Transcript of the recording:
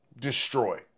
Destroy